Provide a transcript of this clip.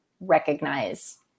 recognize